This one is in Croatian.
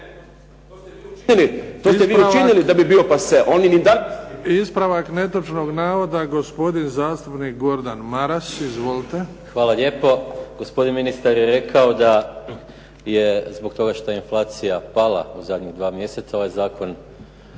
to ste vi učinili da bi bio "pase". **Bebić, Luka (HDZ)** Ispravak netočnog navoda gospodin zastupnik Gordan Maras. **Maras, Gordan (SDP)** Hvala lijepo. Gospodin ministar je rekao da je zbog toga što je inflacija pala u zadnjih dva mjeseca ovaj zakon